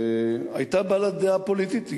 שהיתה בעלת דעה פוליטית.